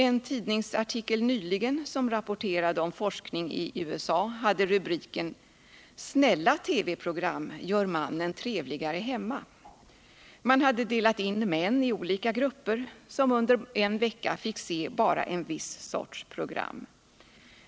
En tidningsartikel nyligen som rapporterade om forskning i USA hade rubriken: ”Snälla TV-program gör mannen trevligare hemma.” Man hade delat in män i olika grupper, som under en vecka fick se bara en viss sorts program.